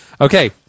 Okay